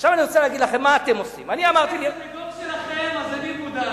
אם הוא הסניגור שלכם, אני מודאג.